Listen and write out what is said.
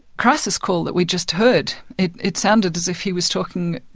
crisis call that we just heard? it it sounded as if he was talking.